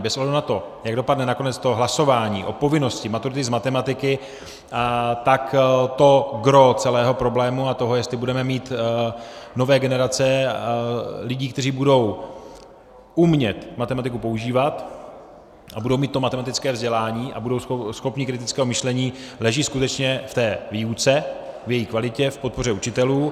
Bez ohledu na to, jak dopadne nakonec to hlasování o povinnosti maturity z matematiky, tak to gros celého problému a toho, jestli budeme mít nové generace lidí, kteří budou umět matematiku používat a budou mít to matematické vzdělání a budou schopni kritického myšlení, leží skutečně v té výuce, v její kvalitě, v podpoře učitelů.